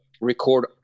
record